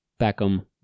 Beckham